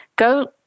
go